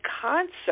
concert